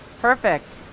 Perfect